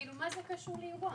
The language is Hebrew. כאילו מה זה קשור לאירוע?